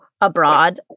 abroad